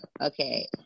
Okay